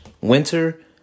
winter